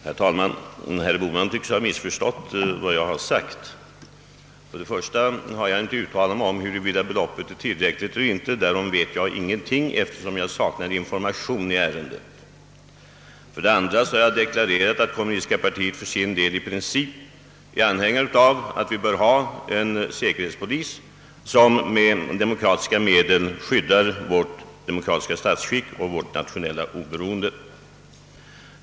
Herr talman! Herr Bohman tycks ha missförstått vad jag har sagt. För det första har jag inte uttalat mig om huruvida beloppet är tillräckligt eller inte. Därom vet jag ingenting, eftersom jag saknar information i ärendet. För det andra har jag deklarerat att det kommunistiska partiet för sin del i princip är anhängare av att vi bör ha en säkerhetspolis som med demokratiska medel skyddar vårt demokratiska statsskick och vårt nationella oberoende.